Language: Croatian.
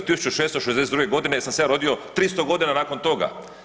1662. jer sam se ja rodio 300 godina nakon toga.